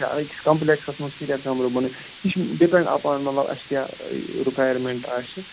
یا أکِس کَمپُلٮ۪کسَس منٛز کٕتیٛاہ کمبرٕ بنٲے یہِ چھُ ڈِپٮ۪نٛڈ اَپان مطلب اَسہِ کیٛاہ رُکایَرمٮ۪نٛٹ آسہِ